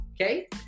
Okay